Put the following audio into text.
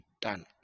done